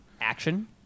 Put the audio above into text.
Action